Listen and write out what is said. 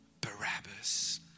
Barabbas